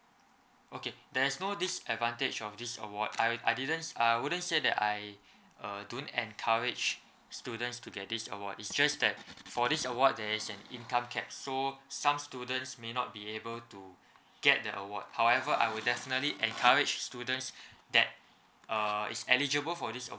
okay there's no disadvantage of this award I I didn't I wouldn't say that I uh don't encourage students to get this award it's just that for this award there is an income cap so some students may not be able to get the award however I would definitely encourage students that uh is eligible for this